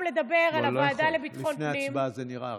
לפני ההצבעה זה נראה רע.